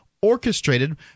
orchestrated